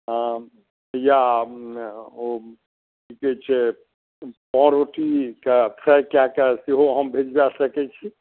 या ओ की कहै छै पाव रोटिके फ्राई कए कऽ सेहो हम भेजवा सकै छी